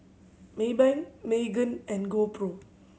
Maybank Megan and GoPro